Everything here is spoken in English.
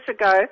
ago